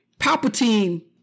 Palpatine